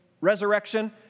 resurrection